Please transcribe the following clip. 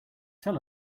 sell